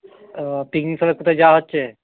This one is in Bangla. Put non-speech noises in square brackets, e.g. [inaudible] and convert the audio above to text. ও পিকনিক [unintelligible] কোথায় যাওয়া হচ্ছে